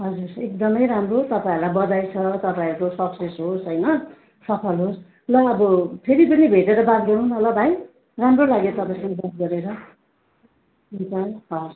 हजुर एकदमै राम्रो तपाईँहरूलाई बधाई छ तपाईँहरूको सक्सेस होस् होइन सफल होस् ल अब फेरि पनि भेटेर बात गरौँ न ल भाइ राम्रो लाग्यो तपाईँसँग बात गरेर विदा हवस्